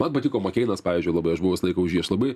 man patiko makeinas pavyzdžiui labai aš buvau visą laiką už jį aš labai